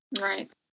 Right